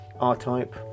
R-Type